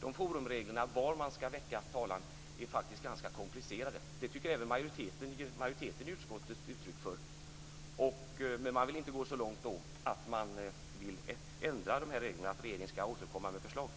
Dessa forumregler, om var man ska väcka talan, är faktiskt ganska komplicerade. Det ger även majoriteten i utskottet uttryck för, men man vill inte gå så långt att man vill ändra de här reglerna och att regeringen ska återkomma med förslag.